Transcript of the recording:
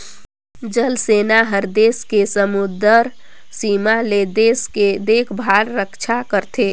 जल सेना हर देस के समुदरर सीमा ले देश के देखभाल रक्छा करथे